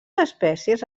espècies